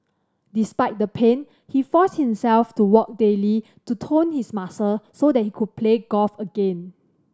despite the pain he forced himself to walk daily to tone his muscle so that he could play golf again